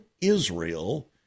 Israel